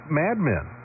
madmen